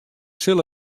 sil